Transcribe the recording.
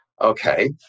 Okay